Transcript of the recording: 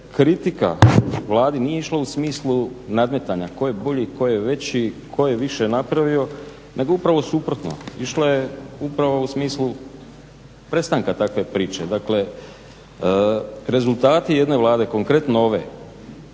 kritika vladi nije išla u smislu nadmetanja tko je bolji, tko je veći, tko je više napravio nego upravo suprotno. Išla je upravo u smislu prestanka takve priče. Dakle rezultati jedne Vlade konkretno ove,